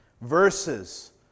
Verses